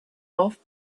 off